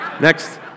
next